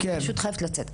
אני פשוט חייבת לצאת.